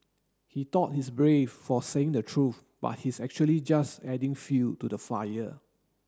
he thought he's brave for saying the truth but he's actually just adding fuel to the fire